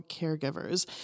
caregivers